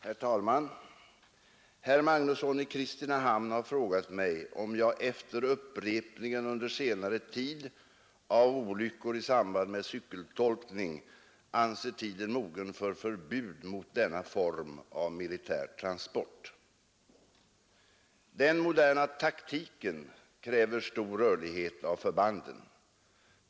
Herr talman! Herr Magnusson i Kristinehamn har frågat mig om jag efter upprepningen under senare tid av olyckor i samband med cykeltolkning anser tiden mogen för förbud mot denna form av militär transport. Den moderna taktiken kräver stor rörlighet av förbanden.